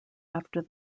after